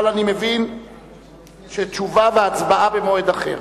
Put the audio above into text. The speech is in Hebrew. אני מבין שתשובה והצבעה, במועד אחר.